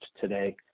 today